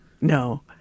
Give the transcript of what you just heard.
No